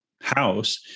house